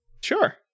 Sure